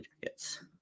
jackets